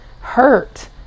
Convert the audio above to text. hurt